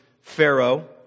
Pharaoh